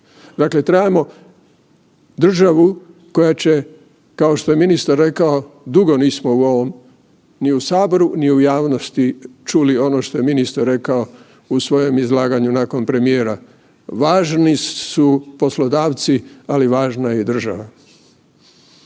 Dakle, trebamo državu koja će, kao što je ministar rekao, dugo nismo u ovom ni u saboru, ni u javnosti čuli ono što je ministar rekao u svojem izlaganju nakon premijera, važni su poslodavci, ali važna je i država.